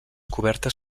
cobertes